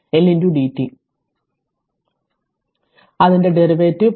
അതിനാൽഅതിന്റെ derivative 0